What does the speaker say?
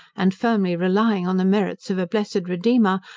and firmly relying on the merits of a blessed redeemer,